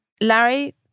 Larry